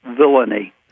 villainy